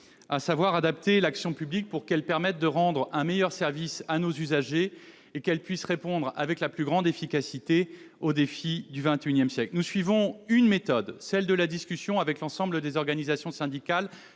: adapter l'action publique, pour qu'elle permette de rendre un meilleur service à nos usagers et qu'elle puisse répondre avec la plus grande efficacité aux défis du XXI siècle. Nous suivons une méthode, celle de la discussion avec l'ensemble des organisations syndicales,